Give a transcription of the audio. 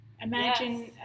Imagine